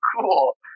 cool